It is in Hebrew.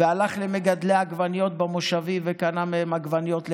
והלך למגדלי עגבניות במושבים וקנה מהם עגבניות לצה"ל,